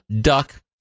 duck